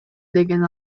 деген